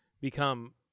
become